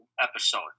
episode